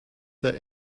that